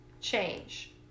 change